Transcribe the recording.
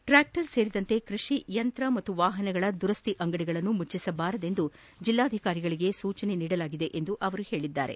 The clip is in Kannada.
ಟ್ರಾಕ್ಷರ್ ಸೇರಿದಂತೆ ಕೃಷಿ ಯಂತ್ರ ಹಾಗೂ ವಾಪನಗಳ ದುರಸ್ತಿ ಅಂಗಡಿಗಳನ್ನು ಮುಚ್ಚಿಸಬಾರದೆಂದು ಜಿಲ್ಲಾಧಿಕಾರಿಗಳಿಗೆ ಸೂಚಿಸಿರುವುದಾಗಿ ಅವರು ಹೇಳಿದರು